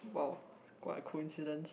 !wow! what a coincidence